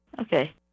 Okay